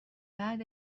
بعد